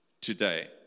Today